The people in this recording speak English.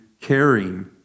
caring